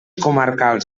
comarcals